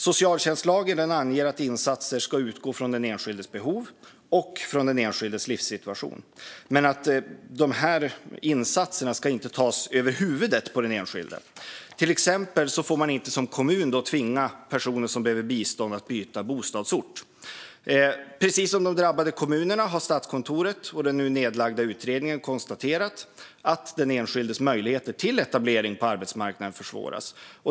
Socialtjänstlagen anger att insatser ska utgå från den enskildes behov och livssituation. Men beslut om insatserna ska inte tas över huvudet på den enskilde. Till exempel får en kommun inte tvinga personer som behöver bistånd att byta bostadsort. Precis som de drabbade kommunerna har Statskontoret och den nu nedlagda utredningen konstaterat att den enskildes möjligheter till etablering på arbetsmarknaden försvåras.